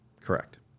Correct